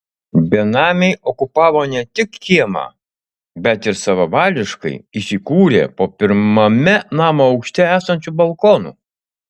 benamiai okupavo ne tik kiemą bet ir savavališkai įsikūrė po pirmame namo aukšte esančiu balkonu